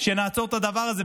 שנעצור את הדבר הזה,